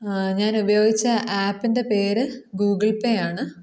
ഞാൻ ഉപയോഗിച്ച ആപ്പിൻ്റെ പേര് ഗൂഗിൾ പേ ആണ്